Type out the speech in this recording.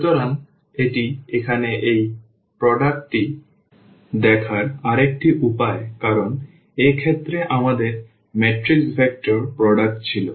সুতরাং এটি এখানে এই গুণটি দেখার আরেকটি উপায় কারণ এই ক্ষেত্রে আমাদের ম্যাট্রিক্স ভেক্টর গুণ ছিল